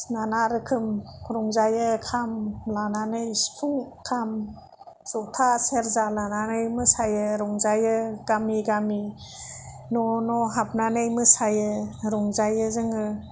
फुराना रोखोम रंजायो खाम लानानै सिफुं खाम जथा सेरजा लानानै मोसायो रंजायो गामि गामि न' न' हाबनानै मोसायो रंजायो जोङो